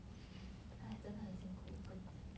!hais! 真的很辛苦跟你讲